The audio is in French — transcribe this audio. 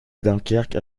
dunkerque